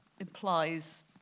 implies